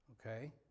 Okay